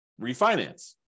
refinance